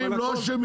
החקלאים לא אשמים.